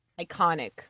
iconic